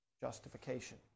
justification